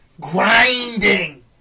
grinding